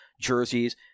jerseys